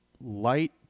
light